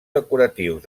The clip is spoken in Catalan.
decoratius